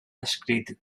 descrit